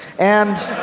and